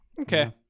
Okay